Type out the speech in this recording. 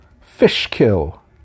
Fishkill